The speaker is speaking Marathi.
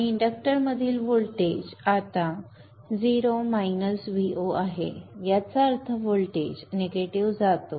आणि इंडक्टरमधील व्होल्टेज आता 0 उणे Vo आहे याचा अर्थ व्होल्टेज निगेटिव्ह जातो